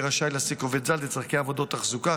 יהיה רשאי להעסיק עובד זר לצורכי עבודות תחזוקה,